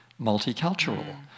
multicultural